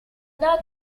not